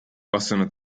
possono